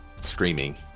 screaming